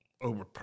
Over